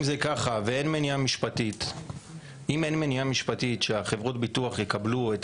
אם זה ככה ואם אין מניעה משפטית שחברות הביטוח יקבלו את